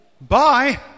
Bye